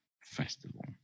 festival